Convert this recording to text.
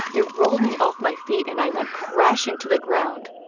it rolled me off my feet and i went crashing to the ground.